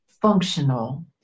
functional